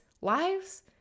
lives